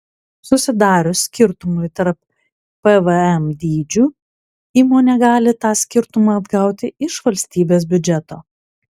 susidarius skirtumui tarp pvm dydžių įmonė gali tą skirtumą atgauti iš valstybės biudžeto